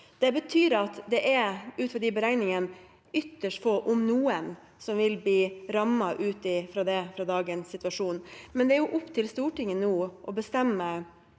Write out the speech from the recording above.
Det betyr at det ut fra de beregningene er ytterst få, om noen, som vil bli rammet – ut fra dagens situasjon. Men det er opp til Stortinget nå å bestemme